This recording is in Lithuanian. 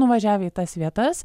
nuvažiavę į tas vietas